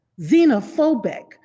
xenophobic